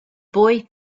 boy